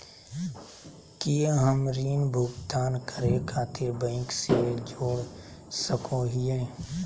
की हम ऋण भुगतान करे खातिर बैंक से जोड़ सको हियै?